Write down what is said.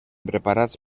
preparats